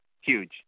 Huge